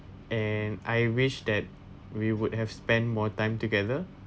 and I wish that we would have spent more time together